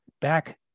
back